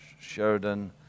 Sheridan